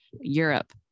Europe